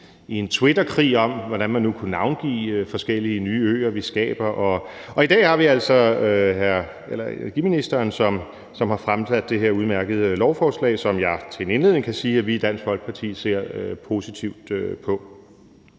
i en twitterkrig om, hvordan man nu kunne navngive de forskellige nye øer, vi skaber, og i dag har klima-, energi- og forsyningsministeren så altså fremsat det her udmærkede lovforslag, som jeg til en indledning kan sige at vi i Dansk Folkeparti ser positivt på.